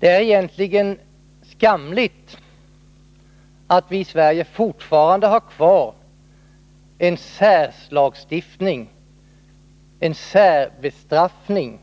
Det är egentligen skamligt att vi i Sverige fortfarande har kvar en särlagstiftning med en särbestraffning